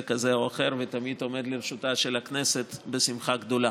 כזה או אחר ותמיד עומד לרשותה של הכנסת בשמחה גדולה.